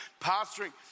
pastoring